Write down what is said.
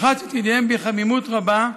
לחץ את ידיהם בחמימות רבה,